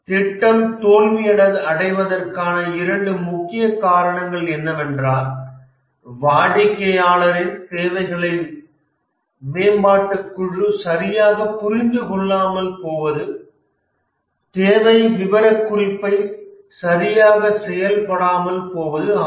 திட்டம் தோல்வியடைவதற்கான இரண்டு முக்கிய காரணங்கள் என்னவென்றால் வாடிக்கையாளரின் தேவைகளை மேம்பாட்டுக் குழு சரியாக புரிந்து கொள்ளாமல் போவது தேவை விவரக்குறிப்பை சரியாக செய்யப்படாமல் போவது ஆகும்